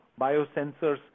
Biosensors